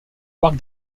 parc